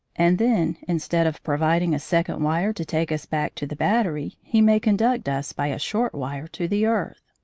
and then, instead of providing a second wire to take us back to the battery, he may conduct us by a short wire to the earth.